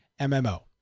MMO